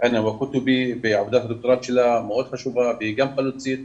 'אני וספריי' ועבודת הדוקטורט שלה מאוד חשובה והיא גם חלוצית.